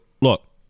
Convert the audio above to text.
look